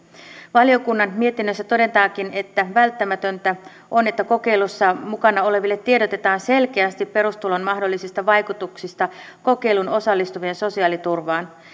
valiokunnan mietinnössä todetaankin että välttämätöntä on että kokeilussa mukana oleville tiedotetaan selkeästi perustulon mahdollisista vaikutuksista kokeiluun osallistuvien sosiaaliturvaan